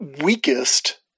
weakest